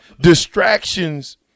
distractions